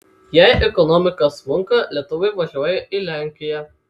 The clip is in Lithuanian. jei ekonomika smunka lietuviai važiuoja į lenkiją